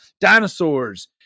Dinosaurs